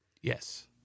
Yes